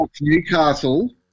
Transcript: Newcastle